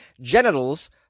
Genitals